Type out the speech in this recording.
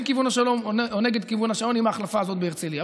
כיוון השעון או נגד כיוון השעון עם ההחלפה הזאת בהרצליה.